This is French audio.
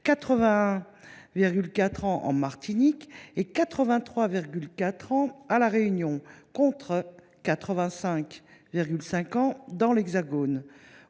81,4 ans en Martinique et 83,4 ans à La Réunion, contre 85,5 ans dans l’Hexagone.